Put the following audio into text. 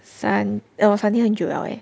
Sun~ oh Sunday 很久 liao eh